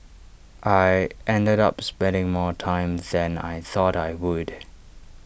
I ended up spending more time than I thought I would